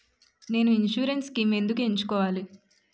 నేను insurance schemes ఎందుకు ఎంచుకోవాలి?